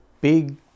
big